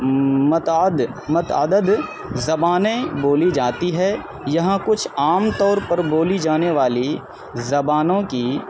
متعد متعدد زبانیں بولی جاتی ہے یہاں کچھ عام طور پر بولی جانے والی زبانوں کی